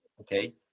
okay